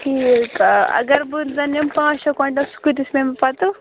ٹھیٖک اگر بہٕ زَن نِمہٕ پانٛژھ شےٚ کۄٮ۪نٹَل سُہ کۭتِس نِمہٕ پَتہٕ